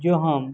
جو ہم